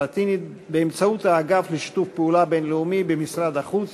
הלטינית באמצעות האגף לשיתוף פעולה בין-לאומי במשרד החוץ,